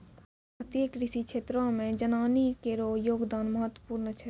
भारतीय कृषि क्षेत्रो मे जनानी केरो योगदान महत्वपूर्ण छै